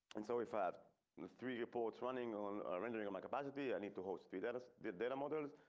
and so, if i have and three reports running on our rendering in my capacity. i need to host three that is the data models.